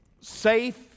Safe